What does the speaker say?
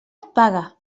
paga